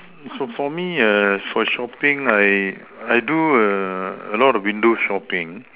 so for me for shopping I I do a a lot of window shopping